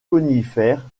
conifères